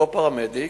אותו פרמדיק,